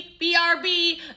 BRB